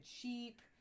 cheap